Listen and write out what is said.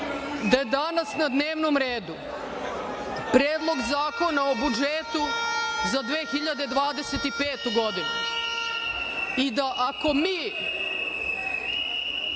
da je danas na dnevnom redu Predlog zakona o budžetu za 2025. godinu i da ako mi